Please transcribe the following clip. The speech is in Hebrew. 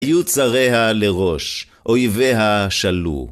היו צריה לראש, אויביה שלו.